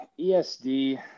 ESD